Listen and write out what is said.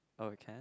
oh can